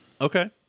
Okay